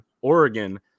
Oregon